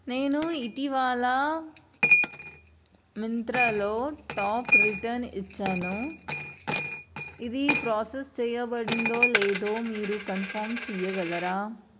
నేను ఇటీవాల మింత్రాలో టాప్ రిటర్న్ ఇచ్చాను ఇది ప్రాసెస్ చేయబడిందో లేదో మీరు కన్ఫార్మ్ చెయ్యగలరా